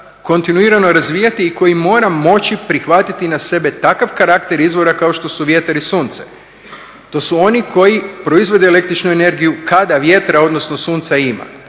kontinuirano razvijati i koji mora moći prihvatiti na sebe takav karakter izvora kao što su vjetar i sunce. To su oni koji proizvode električnu energiju kada vjetra, odnosno sunca ima.